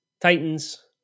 Titans